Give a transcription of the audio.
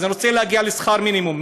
אז אני רוצה להגיע לשכר מינימום.